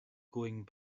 going